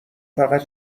فقط